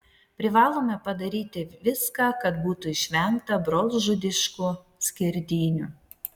privalome padaryti viską kad būtų išvengta brolžudiškų skerdynių